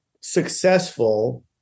successful